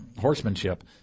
horsemanship